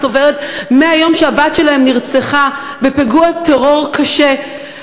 עוברת מהיום שהבת שלהם נרצחה בפיגוע טרור קשה.